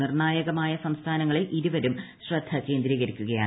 നിർണ്ണായകമായ സംസ്ഥാനങ്ങളിൽ ഇരുവരും ശ്രദ്ധ കേന്ദ്രീകരിക്കുകയാണ്